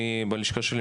בלשכה שלי,